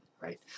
right